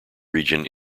region